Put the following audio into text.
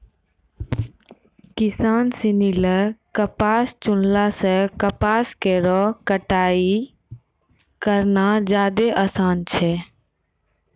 किसान सिनी ल कपास चुनला सें कपास केरो कटाई करना जादे आसान छै